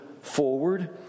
forward